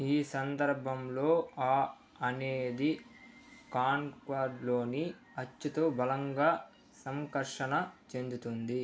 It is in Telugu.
ఈ సందర్భంలో ఆ అనేది కాన్కార్డ్లోని అచ్చుతో బలంగా సంకర్షణ చెందుతుంది